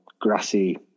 grassy